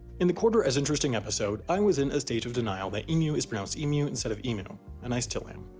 in the quarter as interesting episode, i was in a state of denial that emu is pronounced emu instead of emu, and i still am.